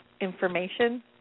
information